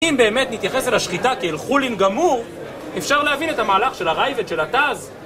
אם באמת נתייחס אל השחיטה כאל חולין גמור, אפשר להבין את המהלך של הראב"ד של הט"ז.